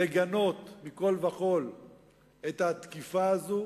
לגנות מכול וכול את התקיפה הזו